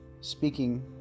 speaking